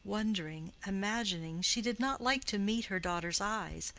wondering, imagining, she did not like to meet her daughter's eyes,